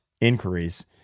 inquiries